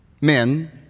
men